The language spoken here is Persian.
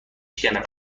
شکنم